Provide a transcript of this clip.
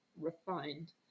refined